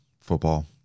football